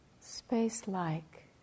Space-like